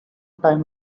time